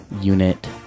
unit